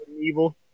evil